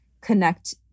connect